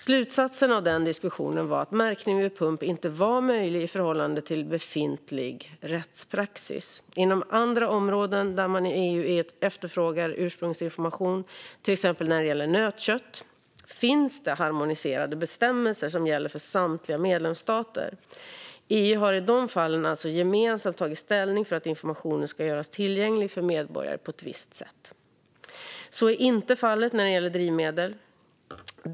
Slutsatsen av den diskussionen var att märkning vid pump inte var möjlig i förhållande till befintlig rättspraxis. Inom andra områden där man i EU efterfrågar ursprungsinformation, till exempel när det gäller nötkött, finns det harmoniserade bestämmelser som gäller för samtliga medlemsstater. EU har i de fallen alltså gemensamt tagit ställning för att informationen ska göras tillgänglig för medborgare på ett visst sätt. Så är inte fallet när det gäller drivmedel.